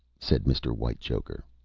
said mr. whitechoker.